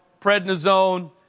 prednisone